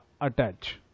attach